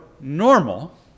normal